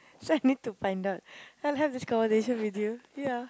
so I need to find out and have this conversation with you ya